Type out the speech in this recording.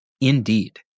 Indeed